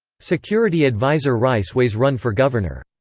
security adviser rice weighs run for governor.